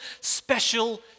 special